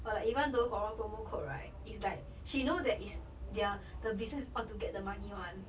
or like even though got one promo code right is like she know that is the the business aught to get the money [one]